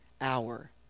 hour